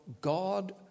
God